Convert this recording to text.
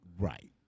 Right